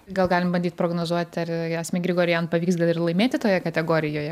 gal galim bandyt prognozuoti ar asmik grigorian pavyks gar ir laimėti toje kategorijoje